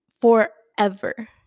forever